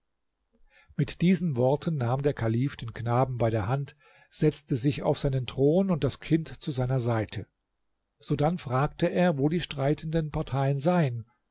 mit diesen worten nahm der kalif den knaben bei der hand setzte sich auf seinen thron und das kind zu seiner seite sodann fragte er wo die streitenden parteien seien